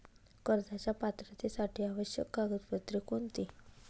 कर्जाच्या पात्रतेसाठी आवश्यक कागदपत्रे कोणती?